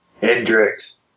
Hendrix